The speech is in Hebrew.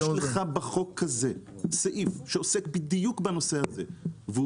יש לך בחוק הזה סעיף שעוסק בדיוק בנושא הזה והוא